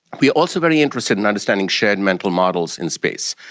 we are also very interested in understanding shared mental models in space,